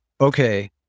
okay